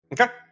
Okay